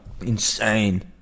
insane